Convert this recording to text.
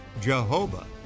Jehovah